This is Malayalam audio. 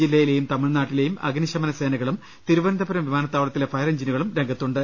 ജില്ലയിലെ യും തമിഴ്നാട്ടി ലെയും അഗ്നിശമനസേനകളും തിരുവനന്തപുരം വിമാനത്താവളത്തിലെ ഫയർഎഞ്ചിനുകളും രംഗത്തുണ്ട്